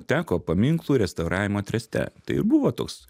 teko paminklų restauravimo treste tai ir buvo toks